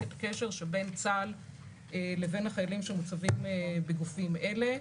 את הקשר שבין צה"ל לבין החיילים שמוצבים בגופים אלה.